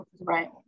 Right